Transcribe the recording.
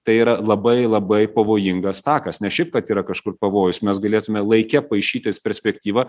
tai yra labai labai pavojingas takas ne šiaip kad yra kažkur pavojus mes galėtume laike paišytis perspektyvą